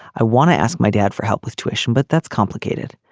i want to ask my dad for help with tuition but that's complicated.